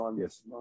Yes